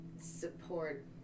Support